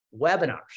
Webinars